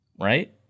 right